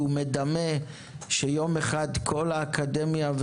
שהוא מדמה שיום אחד כל האקדמיה,